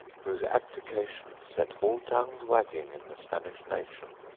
whose abdication set all tongues wagging in the spanish nation.